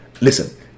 Listen